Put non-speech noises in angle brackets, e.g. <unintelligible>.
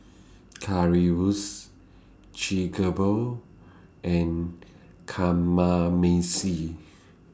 Currywurst <unintelligible> and Kamameshi